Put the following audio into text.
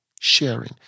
sharing